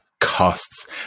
costs